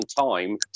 time